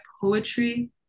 poetry